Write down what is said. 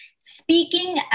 speaking